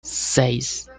seis